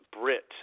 Brit